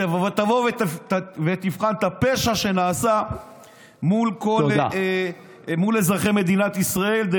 שתבוא ותבחן את הפשע שנעשה מול אזרחי מדינת ישראל.